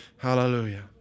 Hallelujah